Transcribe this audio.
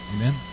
Amen